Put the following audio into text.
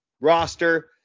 Roster